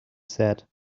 said